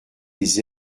les